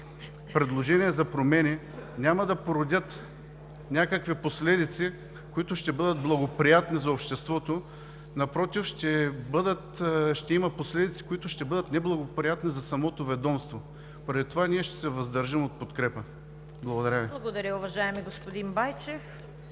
предложения за промени няма да породят някакви последици, които ще бъдат благоприятни за обществото, напротив ще има последици, които ще бъдат неблагоприятни за самото ведомство. Поради това ние ще се въздържим от подкрепа. Благодаря Ви. ПРЕДСЕДАТЕЛ ЦВЕТА КАРАЯНЧЕВА: Благодаря, уважаеми господин Байчев.